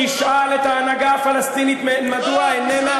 תשאל את ההנהגה הפלסטינית מדוע איננה,